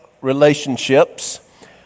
relationships